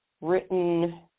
written